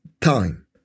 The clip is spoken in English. time